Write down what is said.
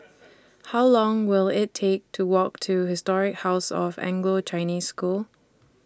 How Long Will IT Take to Walk to Historic House of Anglo Chinese School